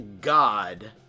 god